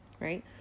Right